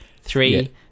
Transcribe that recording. Three